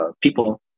people